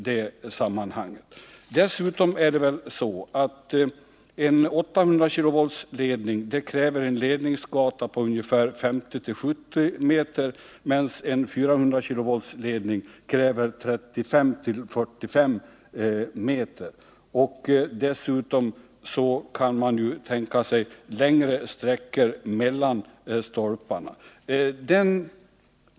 Dessutom kräver 800-kV-ledningar en ledningsgata på 50-70 meter, medan en 400-kV-ledning kräver 35-45 meters bredd på ledningsgatan. Vidare kan man tänka sig längre sträcka mellan ledningsstolparna.